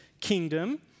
kingdom